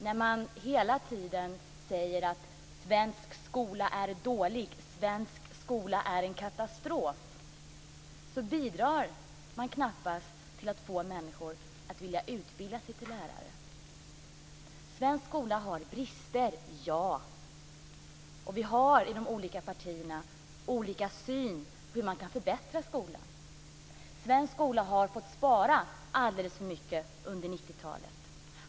När man hela tiden säger att svensk skola är dålig, svensk skola är en katastrof, så bidrar man knappast till att få människor att vilja utbilda sig till lärare. Svensk skola har brister - ja. Vi har i de olika partierna olika syn på hur man kan förbättra skolan. Svensk skola har fått spara alldeles för mycket under 90-talet.